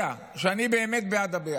אתה יודע שאני באמת בעד הביחד.